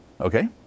Okay